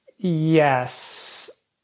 Yes